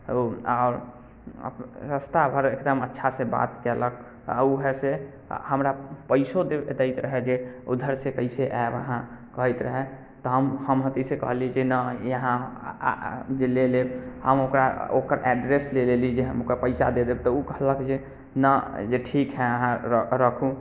ओ आओर रास्ताभरि एकदम अच्छासँ बात केलक आओर वएह हमरा पइसो ताहिमे दैत रहै जे उधरसँ कइसे आएब अहाँ कहैत रहै तऽ हम हथीसँ कहली जे नहि हइ यहाँ जे ले लेब हम ओकरा ओकर एड्रेस ले लेली जे हम ओकरा पइसा दे देब तऽ ओ कहलक जे ने जे ठीक हइ अहाँ रखू